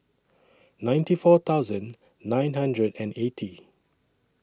ninety four thousand nine hundred and eighty